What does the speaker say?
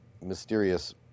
mysterious